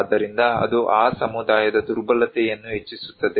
ಆದ್ದರಿಂದ ಅದು ಆ ಸಮುದಾಯದ ದುರ್ಬಲತೆಯನ್ನು ಹೆಚ್ಚಿಸುತ್ತದೆ